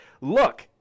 Look